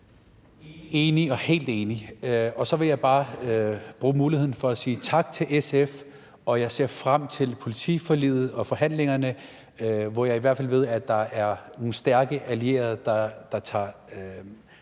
enig, helt enig. Så vil jeg bare bruge muligheden for at sige tak til SF, og jeg ser frem til politiforliget og forhandlingerne, hvor jeg i hvert fald ved at der er nogle stærke allierede der tager